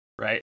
Right